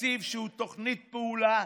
תקציב שהוא תוכנית פעולה,